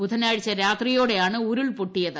ബുധനാഴ്ച രാത്രിയോടെയാണ് ഉരുൾപ്പൊട്ടിയത്